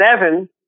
seven